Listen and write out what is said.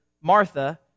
Martha